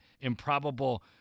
improbable